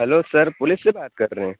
hello sir police سے بات کر رہے ہیں